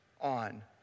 on